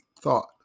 thought